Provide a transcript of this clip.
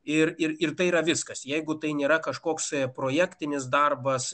ir ir tai yra viskas jeigu tai nėra kažkoksai projektinis darbas